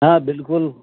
ہاں بالکل